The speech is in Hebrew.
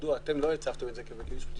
מדוע אתם לא הצבתם את זה כייעוץ משפטי